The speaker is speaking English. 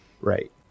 Right